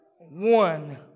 one